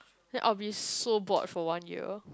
then I will be so bored for one year